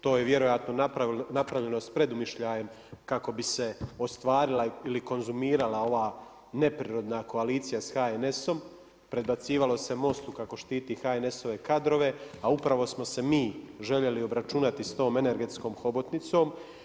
To je vjerojatno napravljeno sa predumišljajem kako bi se ostvarila ili konzumirala ova neprirodna koalicija sa HNS-om, predbacivalo se Mostu kako štiti HNS-ove kadrove, a upravo smo se mi željeli obračunati sa tom energetskom hobotnicom.